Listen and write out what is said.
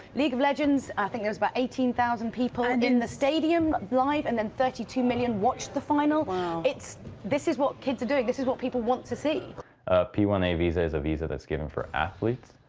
league of legends i think it was about but eighteen thousand people and in the stadium live and then thirty two million watched the final. ah this is what kids are doing, this is what people want to see! a p one a visa is a visa that's given for athletes,